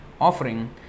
offering